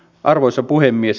arvoisa puhemies